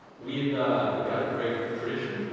we've we've got a great tradition,